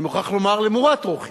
אני מוכרח לומר, למורת רוחי,